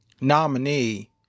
nominee